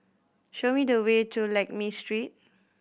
show me the way to Lakme Street